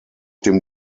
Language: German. dem